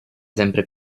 sempre